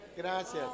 Gracias